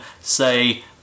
say